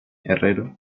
herrero